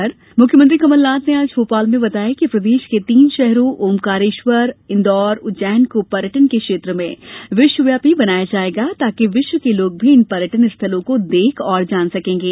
उधर मुख्यमंत्री कमलनाथ ने आज भोपाल में बताया कि प्रदेश के तीन शहरों ओमकारेश्वर इंदौर उज्जैन को पर्यटन के क्षेत्र में विश्व व्यापी बनाया जायेगा ताकि विश्व के लोग भी इन पर्यटन स्थलों को देख और जान सकेंगे